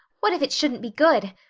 what if it shouldn't be good!